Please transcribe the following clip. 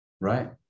right